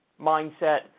mindset